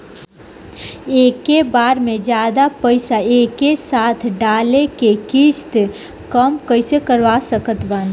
एके बार मे जादे पईसा एके साथे डाल के किश्त कम कैसे करवा सकत बानी?